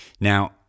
Now